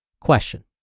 Question